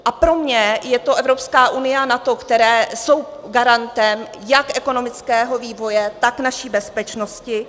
A pro mě je to Evropská unie a NATO, které jsou garantem jak ekonomického vývoje, tak naší bezpečnosti.